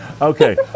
Okay